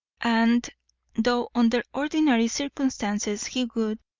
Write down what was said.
and though under ordinary circumstances he would,